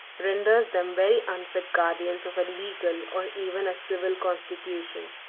renders them very unfit guardians of a legal, or even a civil constitution.